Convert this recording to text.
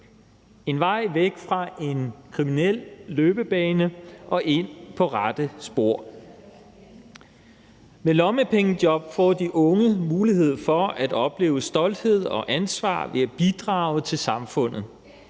en vej væk fra en kriminel løbebane og ind på rette spor. Med lommepengejob får de unge mulighed for at opleve stolthed og ansvar ved at bidrage til samfundet.